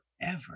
forever